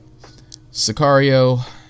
sicario